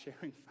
sharing